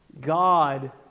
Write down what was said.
God